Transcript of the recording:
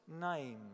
name